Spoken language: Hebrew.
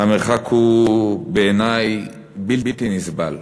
המרחק הוא בעיני בלתי נסבל.